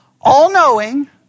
all-knowing